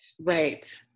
right